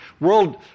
World